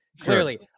Clearly